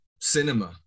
cinema